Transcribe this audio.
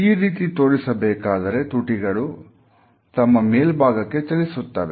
ಈ ರೀತಿ ತೋರಿಸಬೇಕಾದರೆ ತುಟಿಗಳು ತಮ್ಮ ಮೇಲ್ಭಾಗಕ್ಕೆ ಚಲಿಸುತ್ತವೆ